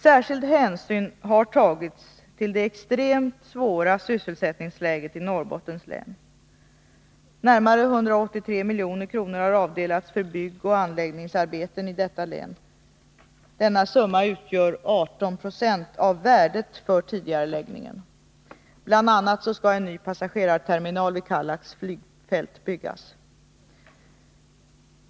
Särskild hänsyn har tagits till det extremt svåra sysselsättningsläget i Norrbottens län. Närmare 183 milj.kr. har avdelats för byggoch anläggningsarbeten i detta län. Denna summa utgör 18 96 av värdet för tidigareläggningen. Bl. a. skall en ny passagerarterminal vid Kallax flygfält byggas.